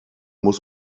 muss